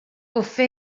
bwffe